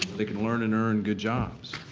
they can learn and earn good jobs.